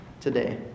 today